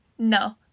No